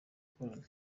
gukorana